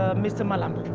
ah mr malambo?